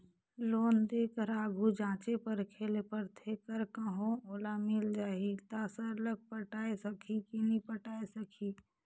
loan देय कर आघु जांचे परखे ले परथे कर कहों ओला मिल जाही ता सरलग पटाए सकही कि नी पटाए सकही